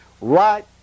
right